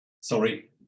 Sorry